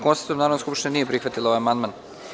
Konstatujem da Narodna skupština nije prihvatila ovaj amandman.